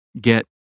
get